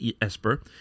esper